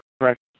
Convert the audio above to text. correct